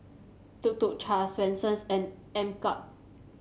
Tuk Tuk Cha Swensens and MKUP